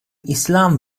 islam